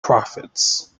profits